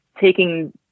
taking